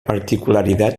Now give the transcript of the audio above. particularidad